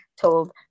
told